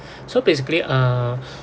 so basically uh